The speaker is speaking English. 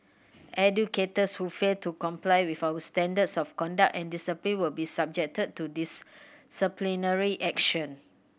educators who fail to comply with our standards of conduct and discipline will be subjected to disciplinary action